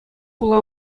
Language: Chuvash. хула